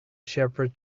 shepherd